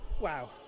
Wow